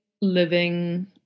living